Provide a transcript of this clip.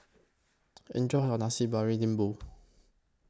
Enjoy your Nasi Lembu